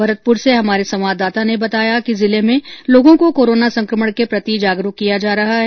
भरतपुर से हमारे संवाददाता ने बताया कि जिले में लोगों को करोना संकमण के प्रति जागरूक किया जा रहा है